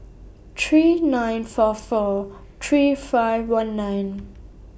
three nine four four three five one nine